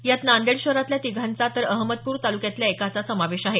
यात नांदेड शहरातल्या तिघांचा तर अहमदपूर तालुक्यातल्या एकाचा समावेश आहे